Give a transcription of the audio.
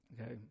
Okay